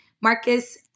Marcus